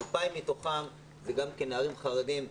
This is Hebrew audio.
מתוכם 2,000 נערים חרדים.